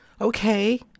Okay